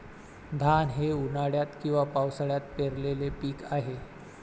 धान हे उन्हाळ्यात किंवा पावसाळ्यात पेरलेले पीक आहे